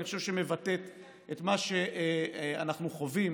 שאני חושב שמבטאת את מה שאנחנו חווים,